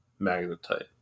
Magnetite